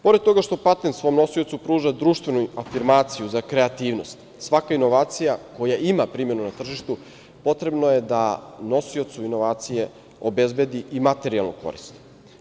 Pored toga što patent svom nosiocu pruža društvenu afirmaciju za kreativnost, svaka inovacija koja ima primenu na tržištu potrebno je da nosiocu inovacije obezbedi i materijalnu koristi.